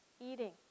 Eating